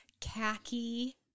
khaki